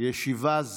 11:00.